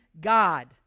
God